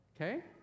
okay